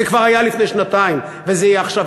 זה כבר היה לפני שנתיים, וזה יהיה עכשיו.